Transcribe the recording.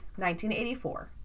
1984